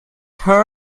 her